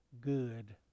good